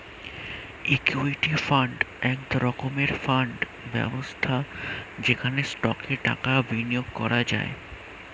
equity fund এক রকমের fund ব্যবস্থা যেখানে স্টকে টাকা বিনিয়োগ করা হয়